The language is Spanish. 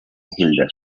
hitler